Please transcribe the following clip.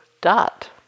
dot